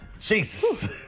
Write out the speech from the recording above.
Jesus